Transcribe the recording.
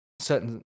certain